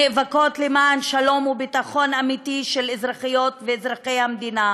הנאבקות למען שלום וביטחון אמיתי של אזרחיות ואזרחי המדינה,